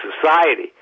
society